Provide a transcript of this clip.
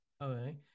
Okay